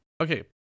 Okay